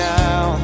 now